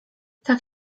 tak